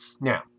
Now